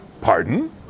Pardon